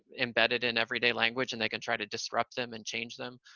embedded in everyday language, and they can try to disrupt them and change them.